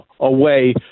away